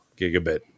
gigabit